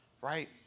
right